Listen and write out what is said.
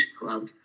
club